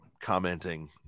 commenting